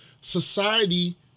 society